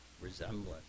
resemblance